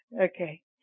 Okay